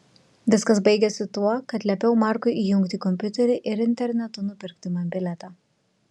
viskas baigėsi tuo kad liepiau markui įjungti kompiuterį ir internetu nupirkti man bilietą